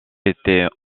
étaient